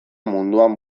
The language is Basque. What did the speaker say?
munduan